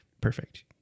perfect